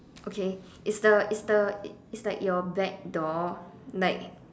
okay is the is the is like your back door like